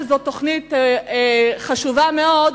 שזאת תוכנית חשובה מאוד,